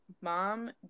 mom